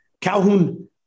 Calhoun